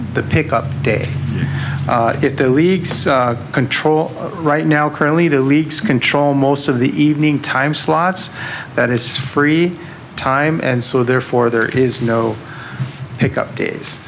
the pick up day if the leagues control right now currently the leagues control most of the evening time slots that is free time and so therefore there is no pick up days